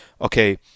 okay